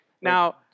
now